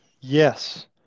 Yes